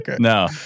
No